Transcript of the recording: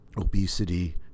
obesity